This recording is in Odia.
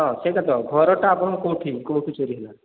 ହଁ ସେଇଟା ତ ଘରଟା ଆପଣ କେଉଁଠି କେଉଁଠି ଚୋରି ହେଲା